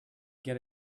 get